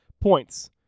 Points